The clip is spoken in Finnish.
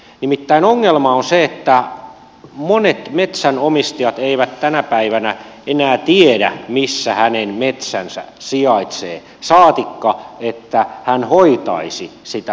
nimittäin ongelma on se että moni metsänomistaja ei tänä päivänä enää tiedä missä hänen metsänsä sijaitsee saatikka että hän hoitaisi sitä metsäänsä